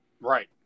Right